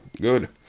Good